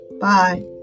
Bye